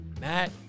Matt